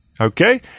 okay